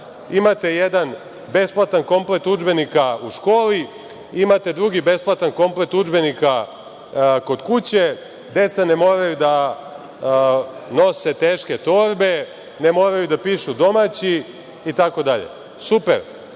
imate jedan besplatan komplet udžbenika u školi, imate drugi besplatan komplet udžbenika kod kuće, deca ne moraju da nose teške torbe, ne moraju da pišu domaći. Super. Da